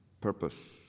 purpose